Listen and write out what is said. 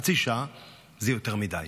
חצי שעה זה יותר מדי,